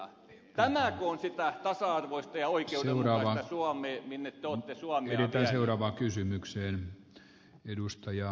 tämäkö on sitä tasa arvoista ja oikeudenmukaista suomea minne te olette suomea viemässä